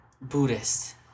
buddhist